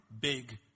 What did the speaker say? big